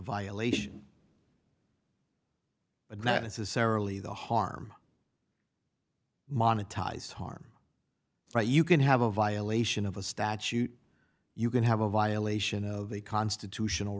violation but not necessarily the harm monetized harm you can have a violation of a statute you can have a violation of a constitutional